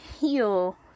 heal